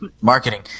Marketing